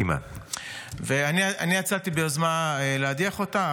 אני יצאתי ביוזמה להדיח אותה.